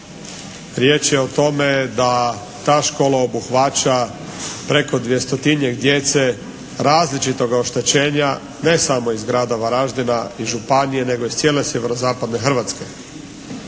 Riječ je o tome da ta škola obuhvaća preko 200-tinjak djece različitog oštećenja ne samo iz grada Varaždina i županije nego iz cijele sjeverozapadne Hrvatske.